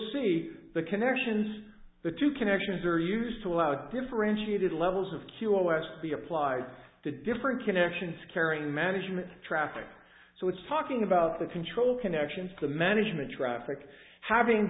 see the connection the two connections are used to allow differentiated levels of q o s be applied to different connections carrying management traffic so it's talking about the control connections the management traffic having